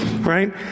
right